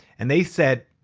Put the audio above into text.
and they said,